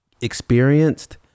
experienced